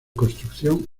construcción